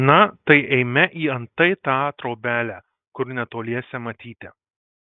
na tai eime į antai tą trobelę kur netoliese matyti